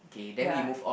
ya